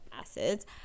acids